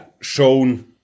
shown